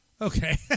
Okay